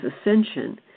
ascension